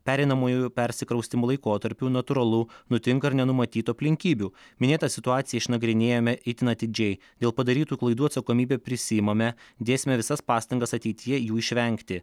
pereinamuoju persikraustymų laikotarpiu natūralu nutinka ir nenumatytų aplinkybių minėtą situaciją išnagrinėjome itin atidžiai dėl padarytų klaidų atsakomybę prisiimame dėsime visas pastangas ateityje jų išvengti